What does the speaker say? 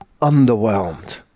underwhelmed